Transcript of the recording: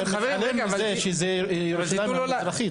מתעלם מזה שמדובר בירושלים המזרחית.